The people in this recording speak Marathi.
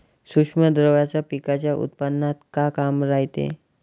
सूक्ष्म द्रव्याचं पिकाच्या उत्पन्नात का काम रायते?